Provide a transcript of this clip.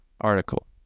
article